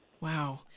Wow